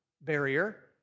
barrier